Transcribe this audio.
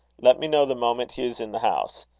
let me know the moment he is in the house.